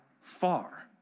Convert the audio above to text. far